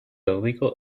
illegal